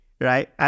Right